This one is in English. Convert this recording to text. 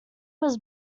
was